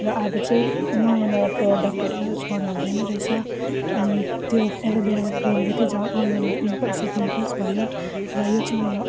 र अब चाहिँ नयाँ नयाँ प्रडक्टहरू युज गर्नुहुँदैन रहेछ अनि त्यो एलोभेराको क्रिमले चाहिँ झन् अनुहारमा पिम्पल्सै पिम्पल्स भयो र यो चाहिँ मेरो